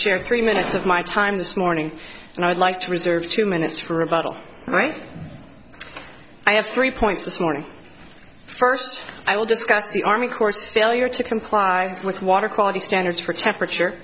year three minutes of my time this morning and i'd like to reserve two minutes rebuttal right i have three points this morning first i will discuss the army course failure to comply with water quality standards for temperature